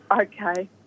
okay